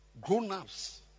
grown-ups